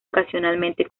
ocasionalmente